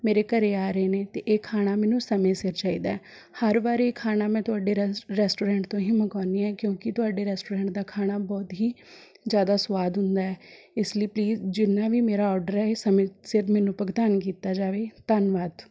ਮੇਰੇ ਘਰ ਆ ਰਹੇ ਨੇ ਅਤੇ ਇਹ ਖਾਣਾ ਮੈਨੂੰ ਸਮੇਂ ਸਿਰ ਚਾਹੀਦਾ ਹਰ ਵਾਰੀ ਖਾਣਾ ਮੈਂ ਤੁਹਾਡੇ ਰੈਸ ਰੈਸਟੋਰੈਂਟ ਤੋਂ ਹੀ ਮੰਗਾਉਨੀ ਹਾਂ ਕਿਉਂਕਿ ਤੁਹਾਡੇ ਰੈਸਟੋਰੈਂਟ ਦਾ ਖਾਣਾ ਬਹੁਤ ਹੀ ਜ਼ਿਆਦਾ ਸਵਾਦ ਹੁੰਦਾ ਇਸ ਲਈ ਪਲੀਜ਼ ਜਿੰਨਾ ਵੀ ਮੇਰਾ ਔਡਰ ਹੈ ਇਹ ਸਮੇਂ ਸਿਰ ਮੈਨੂੰ ਭੁਗਤਾਨ ਕੀਤਾ ਜਾਵੇ ਧੰਨਵਾਦ